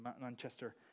Manchester